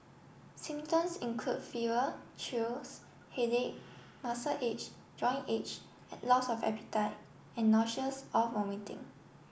symptoms include fever chills headache muscle aches joint aches loss of appetite and nausea's or vomiting